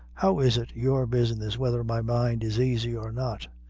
how is it your business whether my mind is aisy or not?